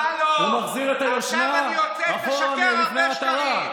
הוא מחזיר את היושנה אחורה מלפני העטרה.